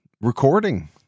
recording